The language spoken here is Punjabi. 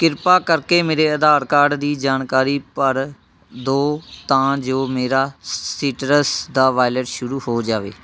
ਕ੍ਰਿਪਾ ਕਰਕੇ ਮੇਰੇ ਆਧਾਰ ਕਾਰਡ ਦੀ ਜਾਣਕਾਰੀ ਭਰ ਦਿਉ ਤਾਂ ਜੋ ਮੇਰਾ ਸੀਟਰਸ ਦਾ ਵਾਲਿਟ ਸ਼ੁਰੂ ਹੋ ਜਾਵੇ